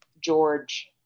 George